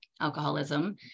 alcoholism